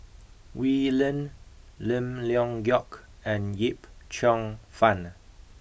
Wee Lin Lim Leong Geok and Yip Cheong Fun